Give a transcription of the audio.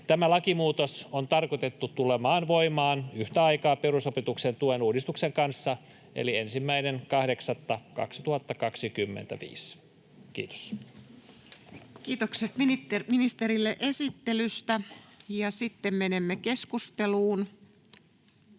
Tämä lakimuutos on tarkoitettu tulemaan voimaan yhtä aikaa perusopetuksen tuen uudistuksen kanssa eli 1.8.2025. — Kiitos. Kiitokset ministerille esittelystä. — Ja sitten menemme keskusteluun.